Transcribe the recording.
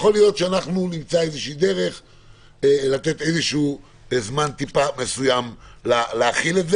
יכול להיות שאנחנו נמצא איזושהי דרך לתת עוד זמן להחיל את זה.